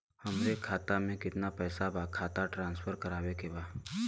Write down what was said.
हमारे खाता में कितना पैसा बा खाता ट्रांसफर करावे के बा?